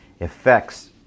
affects